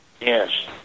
Yes